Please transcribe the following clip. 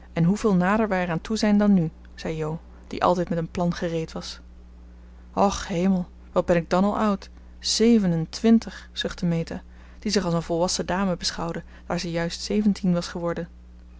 en hoeveel nader wij er aan toe zijn dan nu zei jo die altijd met een plan gereed was och hemel wat ben ik dan al oud zeven en twintig zuchtte meta die zich als een volwassen dame beschouwde daar ze juist zeventien was geworden